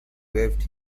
waved